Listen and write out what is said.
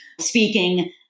speaking